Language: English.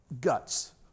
guts